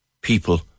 people